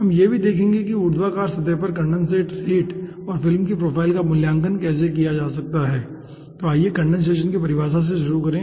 हम यह भी देखेंगे कि ऊर्ध्वाधर सतह पर कंडेनसेट रेट और फिल्म की प्रोफाइल का मूल्यांकन कैसे किया जाता है तो आइए कंडेनसेशन की परिभाषा से शुरू करें